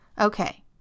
Okay